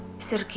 said